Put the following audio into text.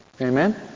Amen